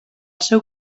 seu